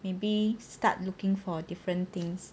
maybe start looking for different things